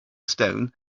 stone